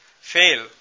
fail